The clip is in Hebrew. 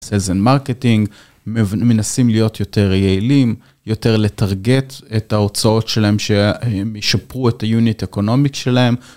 Sales and marketing מנסים להיות יותר יעילים, יותר לטרגט את ההוצאות שלהם שהם ישפרו את ה-unit economic שלהם.